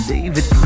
David